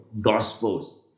Gospels